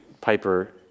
Piper